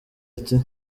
ati